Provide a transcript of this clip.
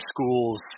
school's –